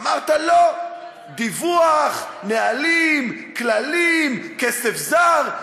אמרת: לא, דיווח, נהלים, כללים, כסף זר.